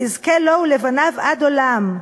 ויזכה לו ולבניו עד עולם,